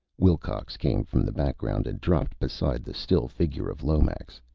wilcox came from the background and dropped beside the still figure of lomax.